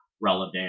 relevant